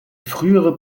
frühere